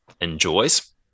Enjoys